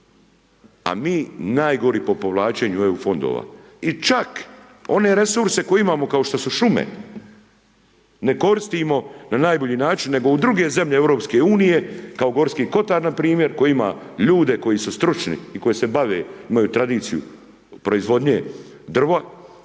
a mi najgori po povlačenju EU fondova, i čak one resurse koje imamo kao što su šume, ne koristimo na najbolji način, nego u druge zemlje Europske unije, kao Gorski Kotar npr. koji ima ljude koji su stručni i koji se bave, koji imaju tradiciju proizvodnje drva,